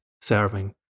serving